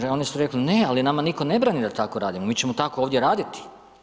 Oni realni su rekli: Ne, ali nama nitko ne brani da tako radimo, mi ćemo tako ovdje raditi.